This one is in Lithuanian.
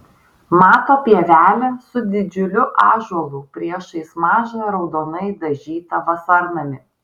mato pievelę su didžiuliu ąžuolu priešais mažą raudonai dažytą vasarnamį